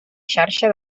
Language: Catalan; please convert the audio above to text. xarxa